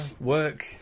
Work